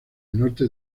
norte